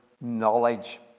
knowledge